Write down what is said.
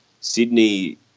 Sydney